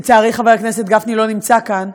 לצערי, חבר הכנסת גפני לא נמצא כאן.